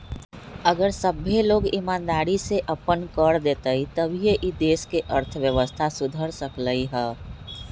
अगर सभ्भे लोग ईमानदारी से अप्पन कर देतई तभीए ई देश के अर्थव्यवस्था सुधर सकलई ह